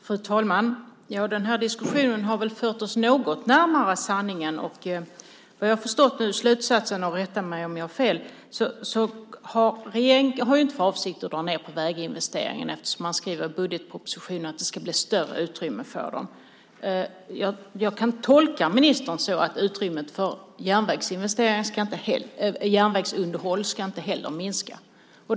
Fru talman! Den här diskussionen har väl fört oss något närmare sanningen. Vad jag förstår nu är slutsatsen - rätta mig om jag har fel - att regeringen inte har för avsikt att dra ned på väginvesteringar eftersom man skriver i budgetpropositionen att det ska bli större utrymme för dem. Jag kan tolka ministern så att utrymmet för järnvägsunderhåll inte heller ska minska.